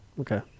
Okay